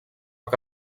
que